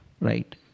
Right